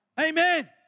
Amen